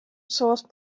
source